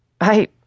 I-